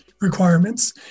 requirements